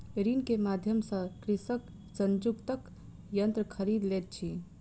ऋण के माध्यम सॅ कृषक संयुक्तक यन्त्र खरीद लैत अछि